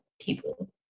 people